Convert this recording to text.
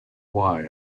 why